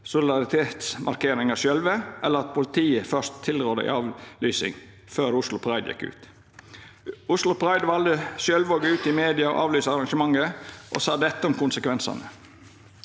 solidaritetsmarkeringa sjølve, eller at politiet først tilrådde ei avlysing før Oslo Pride gjekk ut. Oslo Pride valde sjølv å gå ut i media og avlysa arrangementet. Dei sa dette om konsekvensane: